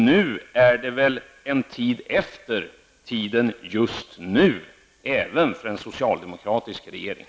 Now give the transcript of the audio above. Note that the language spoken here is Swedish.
Nu är det väl så att säga tiden efter även för en socialdemokratisk regering.